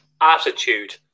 attitude